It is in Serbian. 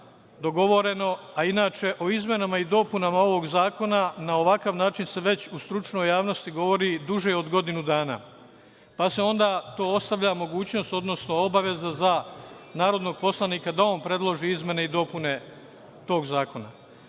a inače o izmenama i dopunama ovog zakona na ovakav način se već u stručnoj javnosti govori duže od godinu dana, pa se onda ostavlja mogućnost, odnosno obaveza za narodnog poslanika da on predloži izmene i dopune tog zakona. Mi